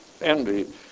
envy